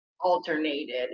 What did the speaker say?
alternated